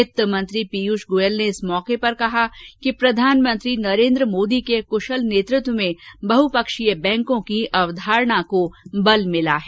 वित्तमंत्री पीयूष गोयल ने इस अवसर पर कहा कि प्रधानमंत्री नरेन्द्र मोदी के कुशल नेतृत्व में बहुपक्षीय बैंकों की अवधारणा को बल मिला है